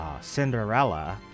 cinderella